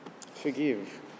Forgive